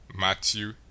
Matthew